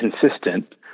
consistent